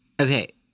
Okay